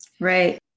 right